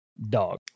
dog